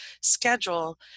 schedule